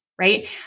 right